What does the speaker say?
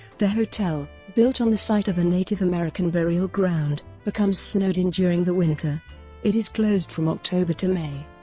the hotel, built on the site of a native american burial ground, becomes snowed-in during the winter it is closed from october to may.